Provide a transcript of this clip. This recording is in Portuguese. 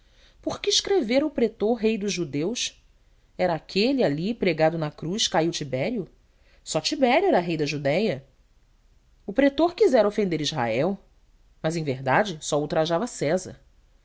que escrevera o pretor rei dos judeus era aquele ali pregado na cruz caio tibério só tibério era rei da judéia o pretor quisera ofender israel mas em verdade só ultrajava césar